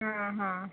आं हां